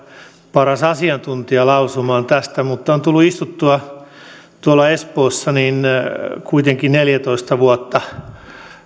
paras asiantuntija lausumaan tästä mutta on tullut istuttua tuolla espoossa kuitenkin neljätoista vuotta